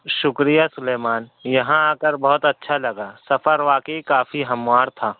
شُکریہ سلیمان یہاں آ کر بہت اچھا لگا سفر واقعی کافی ہموار تھا